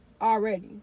already